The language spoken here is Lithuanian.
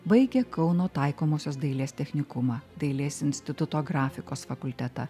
baigė kauno taikomosios dailės technikumą dailės instituto grafikos fakultetą